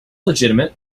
legitimate